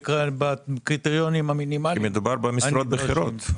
בקריטריונים המינימאליים -- כי מדובר במשרות בכירות.